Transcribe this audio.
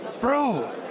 Bro